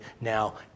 now